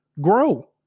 grow